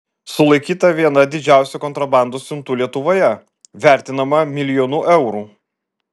sulaikyta viena didžiausių kontrabandos siuntų lietuvoje vertinama milijonu eurų